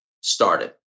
started